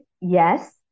yes